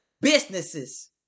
businesses